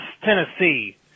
Tennessee